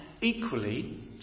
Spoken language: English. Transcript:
equally